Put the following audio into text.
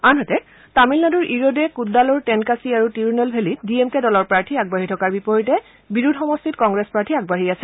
আনহাতে তামিলনাডুৰ ইৰোডে কুদ্দালোৰ তেনকাচি আৰু তিৰুনেল ভেলীত ডি এম কে দলৰ প্ৰাৰ্থী আগবাঢ়ি থকাৰ বিপৰীতে বিৰুধু সমষ্টিত কংগ্ৰেছ প্ৰাৰ্থী আগবাঢ়ি আছে